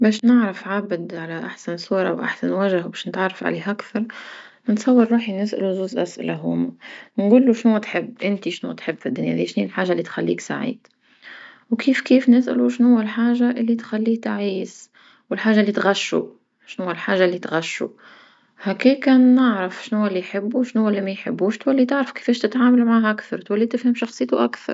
باش نعرف عبد على أحسن صورة وأحسن وجه باش نتعرف عليه أكثر، نصور روحي نسأل جوج أسئلة هوما نقولو شنوا تحب انتي شنوا تحب في الدنيا ذيا شني هيا الحاجة اللي تخليك سعيد؟ وكيف كيف نسألو شنوا الحاجة اللي تخليه تعيس، والحاجة اللي تغشو شنوا الحاجة اللي تغشو، هكاكا نعرف شنوا لي يحب وشنو هو لي ما يحبوش تولي تعرف كيفاش تتعامل معاها أكثر تولي تفهم شخصيتو أكثر.